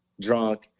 drunk